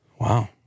Wow